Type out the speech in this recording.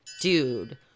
dude